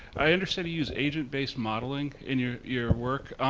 i understand you use agent-based modeling in your your work,